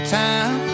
time